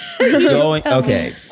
Okay